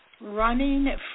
running